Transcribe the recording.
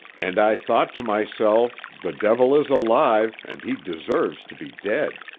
and i thought to myself, the devil is alive and he deserves to be dead.